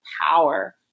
power